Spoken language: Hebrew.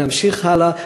ונמשיך הלאה,